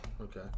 Okay